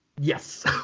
Yes